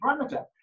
parameter